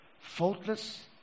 faultless